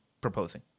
proposing